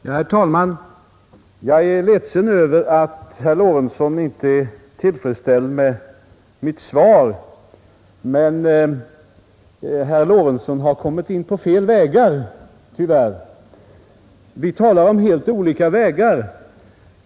Herr talman! Jag är ledsen över att herr Lorentzon inte är tillfredsställd med mitt svar. Men herr Lorentzon har tyvärr kommit in på fel vägar. Vi talar om helt olika vägar.